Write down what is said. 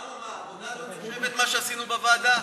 למה מה, העבודה לא נחשבת, מה שעשינו בוועדה?